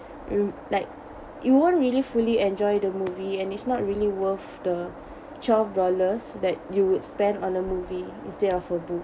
you like you won't really fully enjoy the movie and it's not really worth the twelve dollars that you would spend on a movie instead of a book